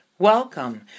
Welcome